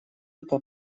это